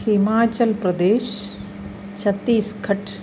Himachal Pradesh Chhattisgarh